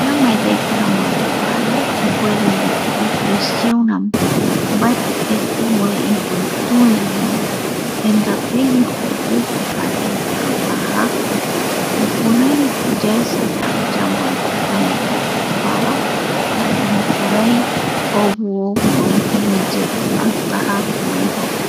Ñamae yaiko rambueve kuaere ipuere ndipo ipresionra mbaeti keti oë ipitüere jendapeiko opupu jare tätä jaku jokurai yaesa yave yambopupu pava jaema jukurai ovu ovu oï erei yepe tätä jaku oï jokua.